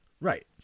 Right